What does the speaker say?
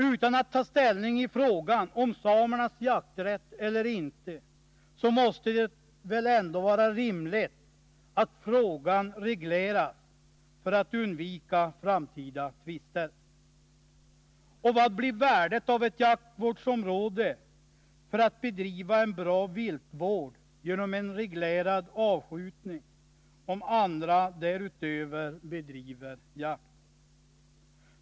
Utan att ta ställning i frågan om samernas jakträtt vill jag framhålla att det ändå måste vara rimligt att frågan regleras, för undvikande av framtida tvister. Och vilket blir värdet av ett jaktvårdsområde där man skall bedriva en bra viltvård genom reglerad avskjutning, om andra därutöver bedriver jakt?